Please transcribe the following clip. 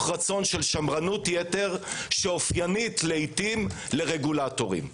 רצון של שמרנות יתר שאופיינית לעיתים לרגולטורים.